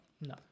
No